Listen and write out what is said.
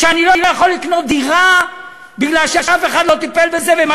כשאני לא יכול לקנות דירה מפני שאף אחד לא טיפל בזה ומה